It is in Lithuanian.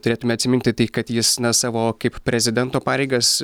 turėtume atsiminti tai kad jis na savo kaip prezidento pareigas